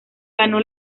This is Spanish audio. ganó